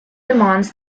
demands